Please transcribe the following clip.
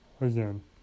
Again